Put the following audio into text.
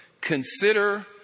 Consider